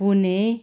पुने